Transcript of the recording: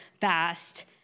fast